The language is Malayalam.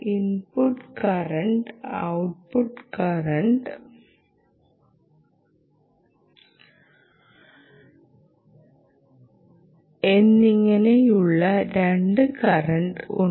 ഇൻപുട്ട് കറന്റ് ഔട്ട്പുട്ട് കറന്റ് എന്നിങ്ങനെയുള്ള രണ്ട് കറന്റുകൾ ഉണ്ട്